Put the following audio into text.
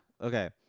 Okay